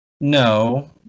No